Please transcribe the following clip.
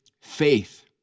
faith